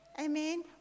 Amen